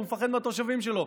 הוא מפחד מהתושבים שלו.